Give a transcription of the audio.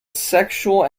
sexual